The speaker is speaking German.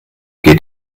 geht